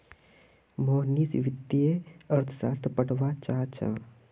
मोहनीश वित्तीय अर्थशास्त्र पढ़वा चाह छ